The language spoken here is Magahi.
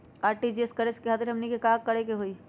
आर.टी.जी.एस करे खातीर हमनी के का करे के हो ई?